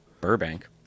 Burbank